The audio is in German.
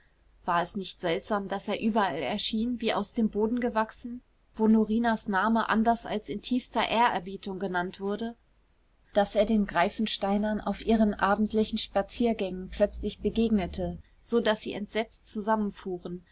war es nicht seltsam daß er überall erschien wie aus dem boden gewachsen wo norinas name anders als in tiefster ehrerbietung genannt wurde daß er den greifensteinern auf ihren abendlichen spaziergängen plötzlich begegnete so daß sie entsetzt zusammenfuhren